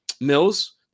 Mills